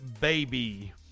Baby